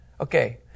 Okay